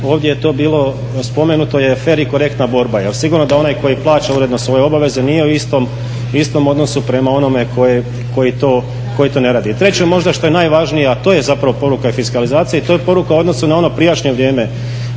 ovdje je to bilo spomenuto, jer fer i korektna borba jer sigurno da onaj koji plaća uredno svoje obveze nije u istom odnosu prema onome koji to ne radi. Treće možda što je najvažnije, a to je zapravo poruka fiskalizacije i to je poruka u odnosu na ono prijašnje vrijeme